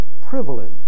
privilege